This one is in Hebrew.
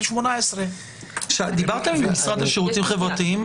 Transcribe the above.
18. דיברתם עם המשרד לשירותים חברתיים?